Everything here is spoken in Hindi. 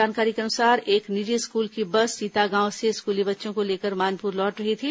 जानकारी के अनुसार एक निजी स्कूल की बस सीतागांव से स्कूली बच्चों को लेकर मानपुर लौट रही थी